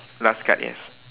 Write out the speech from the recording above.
last card yes